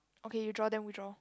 okay you draw then we draw